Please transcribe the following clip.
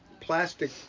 plastic